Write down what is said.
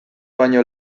baino